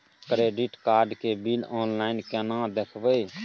Credit card के bill online केना देखबय?